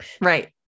Right